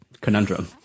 conundrum